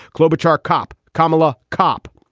klobuchar cop carmilla cop.